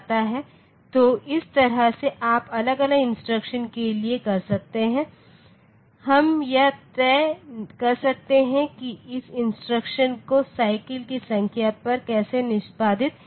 तो इस तरह से आप अलग अलग इंस्ट्रक्शंस के लिए कर सकते हैं हम यह तय कर सकते हैं कि इस इंस्ट्रक्शन को साइकिल की संख्या पर कैसे निष्पादित किया जाएगा